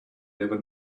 never